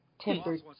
Tempered